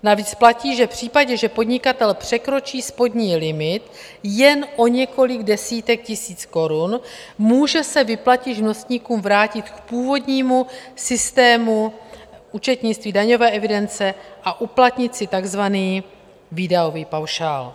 Navíc platí, že v případě, že podnikatel překročí spodní limit jen o několik desítek tisíc korun, může se vyplatit živnostníkům vrátit k původnímu systému účetnictví daňové evidence a uplatnit si takzvaný výdajový paušál.